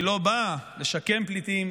היא לא באה לשקם פליטים,